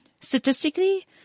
statistically